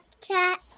Cat